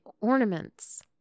ornaments